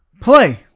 play